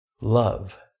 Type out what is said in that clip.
Love